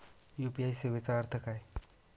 UPI सेवेचा अर्थ काय?